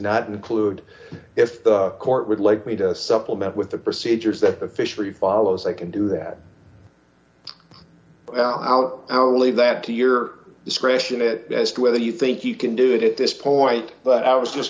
not include if the court would like me to supplement with the procedures that the fishery follows i can do that but i'll out leave that to your discretion it best whether you think you can do it at this point but i was just